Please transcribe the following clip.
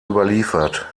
überliefert